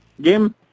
game